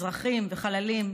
אזרחים וחללים,